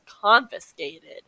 confiscated